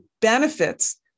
benefits